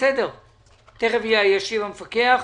תיכף ישיב המפקח.